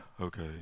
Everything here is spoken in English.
okay